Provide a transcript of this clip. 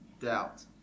Doubt